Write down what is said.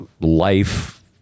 life